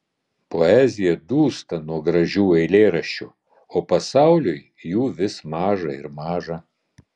poezija dūsta nuo gražių eilėraščių o pasauliui jų vis maža ir maža